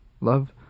Love